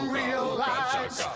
realize